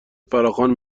فراخوان